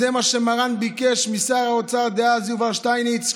זה מה שמרן ביקש משר האוצר דאז יובל שטייניץ,